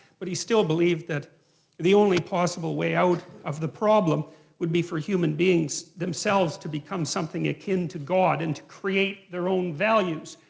but he still believed that the only possible way out of the problem would be for human beings themselves to become something akin to god and to create their own values.